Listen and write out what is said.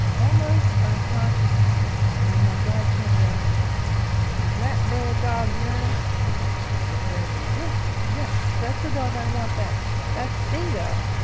almost unconsciously, when my guide turned round and asked is that there dawg yourn i said hurriedly, yes, yes that's the dog i want, that that's bingo